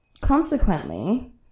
Consequently